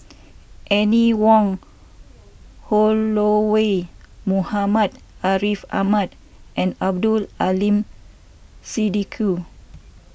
Anne Wong Holloway Muhammad Ariff Ahmad and Abdul Aleem Siddique